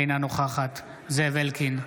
אינה נוכחת זאב אלקין,